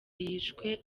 yishwe